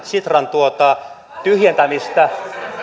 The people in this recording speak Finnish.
sitran tyhjentämistä